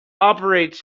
operates